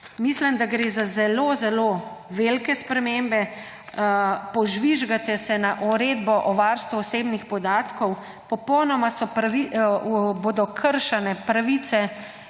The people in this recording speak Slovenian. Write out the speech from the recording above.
Mislim, da gre za zelo zelo velike spremembe. Požvižgate se na uredbo o varstvu osebnih podatkov. Popolnoma bodo kršene človekove